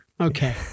Okay